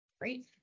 Great